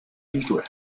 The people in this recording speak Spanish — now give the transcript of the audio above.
pintura